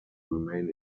remain